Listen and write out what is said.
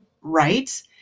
right